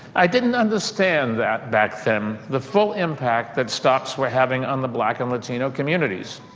i didn't understand that back then the full impact that stops were having on the black and latino communities.